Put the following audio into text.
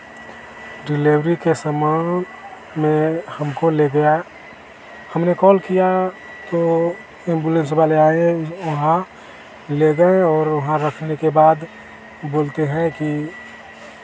delivery का समय में हमको ले गया हमने कॉल किया तो दो पुलिस वाले आए वहाँ ले गए और वहाँ रखने के बाद बोलते हैं कि